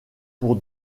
pour